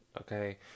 Okay